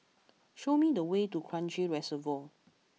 show me the way to Kranji Reservoir